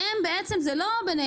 אבל הם בעצם זה לא ביניהם,